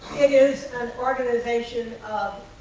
it is an organization of